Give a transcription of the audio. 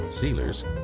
sealers